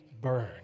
burn